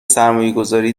سرمایهگذاری